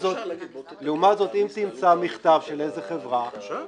לעומת זאת, אם תמצא מכתב של איזו חברה